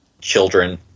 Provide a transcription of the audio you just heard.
children